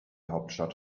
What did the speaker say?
hauptstadt